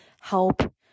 help